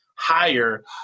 higher